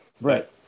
Right